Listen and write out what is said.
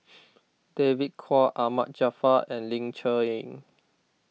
David Kwo Ahmad Jaafar and Ling Cher Eng